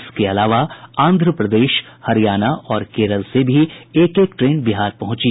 इसके अलावा आंध्र प्रदेश हरियाणा और केरल से भी एक एक ट्रेन बिहार पहंची